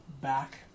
back